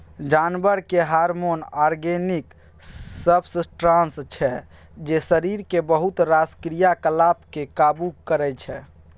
जानबरक hormone organic substance छै जे शरीरक बहुत रास क्रियाकलाप केँ काबु करय छै